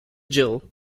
jill